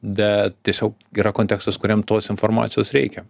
bet tiesiog yra kontekstas kuriam tos informacijos reikia